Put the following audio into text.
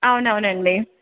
అవునవునండి